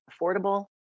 affordable